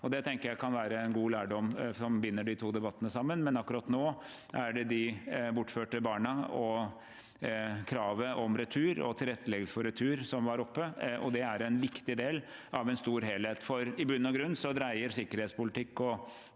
jeg kan være en god lærdom som binder de to debattene sammen. Akkurat nå er det de bortførte barna og kravet om retur og tilretteleggelse for retur som er oppe, og det er en viktig del av en stor helhet. I bunn og grunn dreier sikkerhetspolitikk og